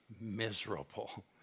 miserable